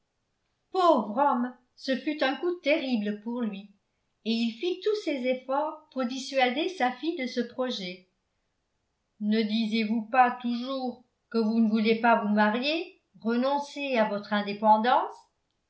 pauvre homme ce fut un coup terrible pour lui et il fit tous ses efforts pour dissuader sa fille de ce projet ne disiez-vous pas toujours que vous ne vouliez pas vous marier renoncer à votre indépendance